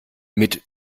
mit